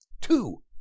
Two